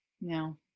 No